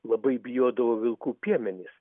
labai bijodavo vilkų piemenys